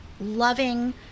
loving